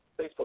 Facebook